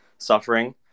suffering